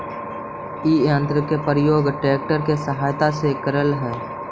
इ यन्त्र के प्रयोग ट्रेक्टर के सहायता से करऽ हई